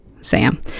Sam